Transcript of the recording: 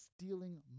stealing